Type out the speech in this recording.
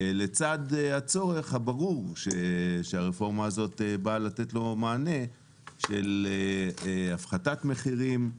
לצד הצורך הברור שהרפורמה הזאת באה לתת לו מענה של הפחתת מחירים,